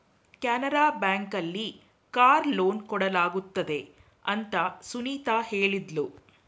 Canara bank ಅಲ್ಲಿ car loan ಕೊಡಲಾಗುತ್ತದೆ ಅಂತ ಸುನಿತಾ ಹೇಳಿದ್ಲು